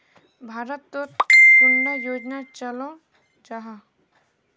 भारत तोत कैडा योजना चलो जाहा?